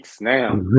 now